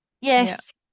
Yes